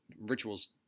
rituals